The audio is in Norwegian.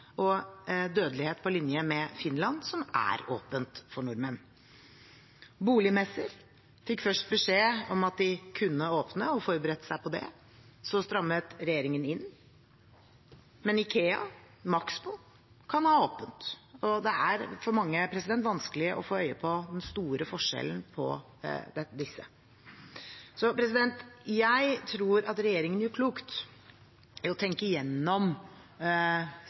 og dødelighet på linje med Finland, som er åpent for nordmenn. Boligmesser fikk først beskjed om at de kunne åpne og forberedte seg på det. Så strammet regjeringen inn. Men Ikea og Maxbo kan ha åpent. Og det er for mange vanskelig å få øye på den store forskjellen på disse. Jeg tror at regjeringen gjør klokt i å tenke